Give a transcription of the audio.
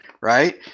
Right